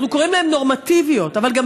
אנחנו קוראים להן "נורמטיביות" אבל גם